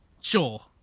sure